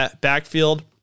backfield